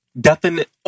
definite